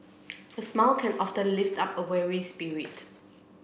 a smile can often lift up a weary spirit